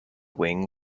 wing